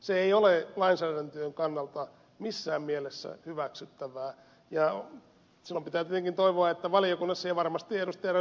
se ei ole lainsäädännön kannalta missään mielessä hyväksyttävää ja silloin pitää tietenkin toivoa että kuulemme valiokunnassa ja varmasti ed